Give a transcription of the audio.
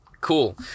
Cool